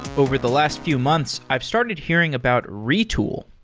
over the last few months, i've started hearing about retool.